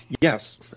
Yes